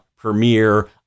Premiere